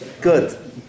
Good